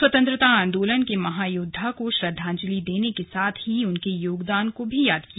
स्वतंत्रता आंदोलन के महायोद्वा को श्रद्वांजलि देने के साथ ही उनके योगदान को भी याद किया